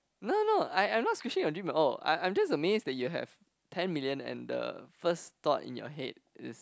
no no no I'm not squishing your dream at all I'm I'm amazed that you have ten million and the first thought in your head is